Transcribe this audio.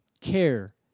care